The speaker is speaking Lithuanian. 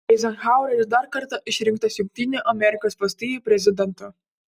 eizenhaueris dar kartą išrinktas jungtinių amerikos valstijų prezidentu